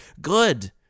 Good